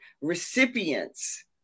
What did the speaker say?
recipients